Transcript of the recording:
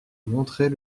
montrait